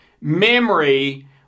memory